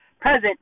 present